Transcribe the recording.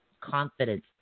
confidence